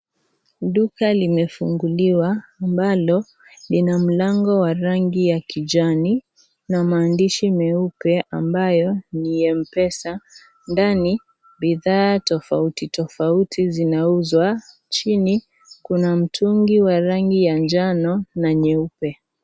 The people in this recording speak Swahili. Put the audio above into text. Duka limefunguliwa ambalo lina mlango wa rangi ya kijani na maandishi meupe ambayo ni Mpesa. Ndani bidhaa tofauti tofauti zinauzwa . Chini kuna mtungi wa rangi ya njano na nyeupe.